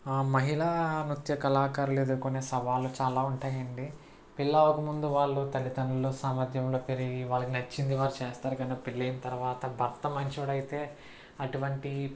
మహిళా నృత్యకళాకారులు ఎదురుకొనే సవాళ్ళు చాలా ఉంటాయి అండి పెళ్ళి అవ్వక ముందు వాళ్ళు తల్లిదండ్రుల సమక్షంలో పెరిగి వాళ్ళకు నచ్చింది వారు చేస్తారు కదా పెళ్ళయిన తరువాత భర్త మంచోడు అయితే అటువంటి